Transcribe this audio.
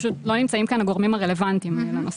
לא נמצאים כאן הגורמים הרלוונטיים לנושא.